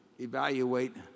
evaluate